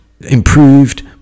improved